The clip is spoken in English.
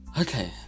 Okay